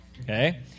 okay